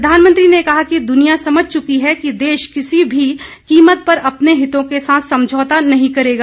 प्रधानमंत्री ने कहा कि दुनिया समझ चुकी है कि देश किसी भी कीमत पर अपने हितों के साथ समझौता नहीं करेगा